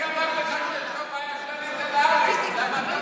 מי אמר שזאת בעיה שעלית לארץ?